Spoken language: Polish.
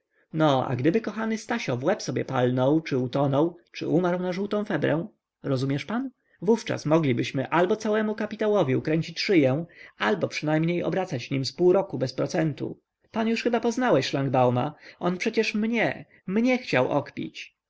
no a gdyby kochany stasio w łeb sobie palnął czy utonął czy umarł na żółtą febrę rozumiesz pan wówczas moglibyśmy albo całemu kapitałowi ukręcić szyję albo przynajmniej obracać nim z pół roku bez procentu pan już chyba poznałeś szlangbauma on przecież mnie mnie chciał okpić